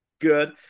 good